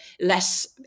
less